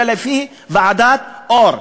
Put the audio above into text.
אלא לפי ועדת אור,